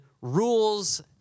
rules